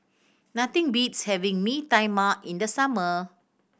nothing beats having Mee Tai Mak in the summer